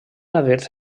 haver